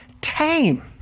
tame